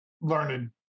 learned